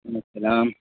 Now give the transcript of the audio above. وعلیکم السلام